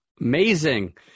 Amazing